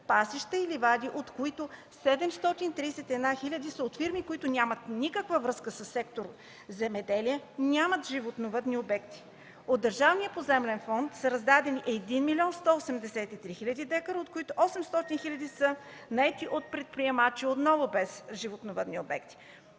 пасища и ливади, от които 731 хиляди са от фирми, които нямат никаква връзка със сектор „Земеделие”, нямат животновъдни обекти. От Държавния поземлен фонд са раздадени 1 млн. 183 хил. декара, от които 800 хиляди са наети от предприемачи, отново без животновъдни обекти.